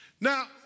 Now